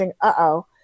uh-oh